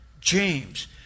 James